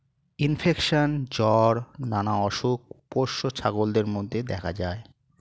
infection, জ্বর নানা অসুখ পোষ্য ছাগলদের মধ্যে দেখা যায়